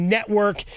Network